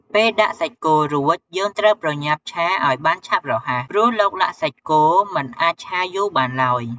ពេលដាក់សាច់គោរួច យើងត្រូវប្រញាប់ឆាឲ្យបានឆាប់រហ័ស ព្រោះឡុកឡាក់សាច់គោមិនអាចឆាយូរបានឡើយ។